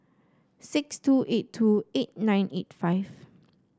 six two eight two eight nine eight five